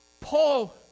Paul